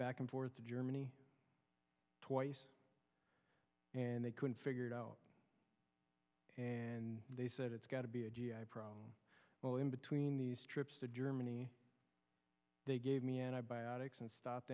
back and forth to germany twice and they couldn't figure it out and they said it's got to be well in between these trips to germany they gave me antibiotics and stopped